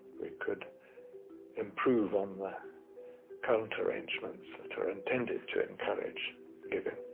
we could improve on the current arrangements that are intended to encourage giving.